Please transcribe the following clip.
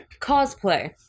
cosplay